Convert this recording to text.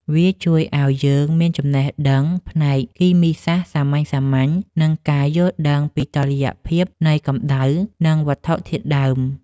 វាជួយឱ្យយើងមានចំណេះដឹងផ្នែកគីមីសាស្ត្រសាមញ្ញៗ និងការយល់ដឹងពីតុល្យភាពនៃកម្ដៅ និងវត្ថុធាតុដើម។